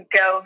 go